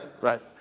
Right